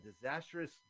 disastrous